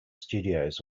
studios